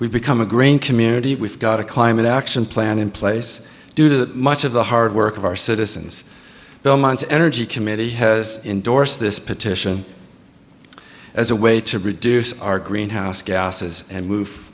we've become a green community we've got a climate action plan in place due to that much of the hard work of our citizens belmont's energy committee has endorsed this petition as a way to reduce our greenhouse gases and move